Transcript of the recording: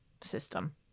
system